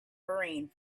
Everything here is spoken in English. hurrying